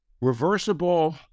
Reversible